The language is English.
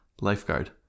Lifeguard